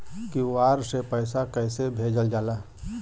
QR से पैसा कैसे भेजल जाला?